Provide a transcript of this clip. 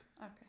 Okay